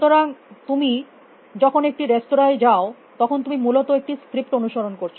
সুতরাং তুমি যখন একটি রেঁস্তরায় যাও তখন তুমি মূলত একটি স্ক্রিপ্ট অনুসরণ করছ